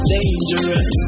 Dangerous